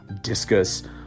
discus